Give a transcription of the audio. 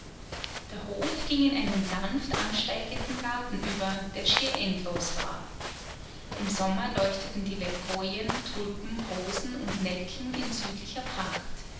der hof ging in einen sanft ansteigenden garten über der schier endlos war im sommer leuchteten die levkojen tulpen rosen und nelken in südlicher pracht